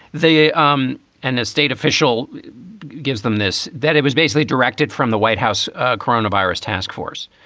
they um and a state official gives them this, that it was basically directed from the white house coronavirus task force.